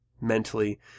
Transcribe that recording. mentally